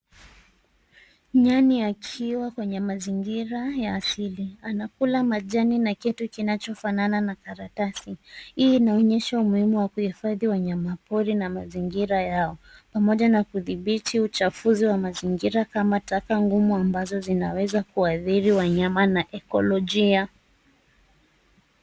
Nyani akiwa kwenye mazingira ya asili. Anakula majani na kitu kinachofanana na karatasi. Hii inaonyesha umuhimu wa kuhifadhi wanyamapori na mazingira yao pamoja na kudhibiti uchafuzi wa mazingira kama taka ngumu ambazo zinaweza kuadhiri wanyama na ekolojia.